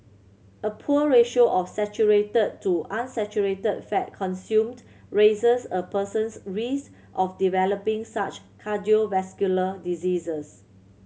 a poor ratio of saturated to unsaturated fat consumed raises a person's risk of developing such cardiovascular diseases